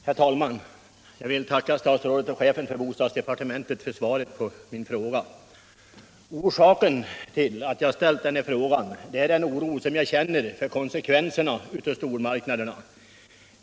Herr talman! Jag vill tacka fru bostadsministern för svaret på min fråga. Orsaken till att jag ställt frågan är den oro som jag känner inför konsekvenserna av stormarknaderna.